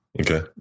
Okay